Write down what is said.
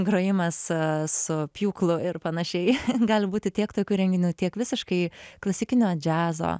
grojimas su pjūklu ir panašiai gali būti tiek tokių renginių tiek visiškai klasikinio džiazo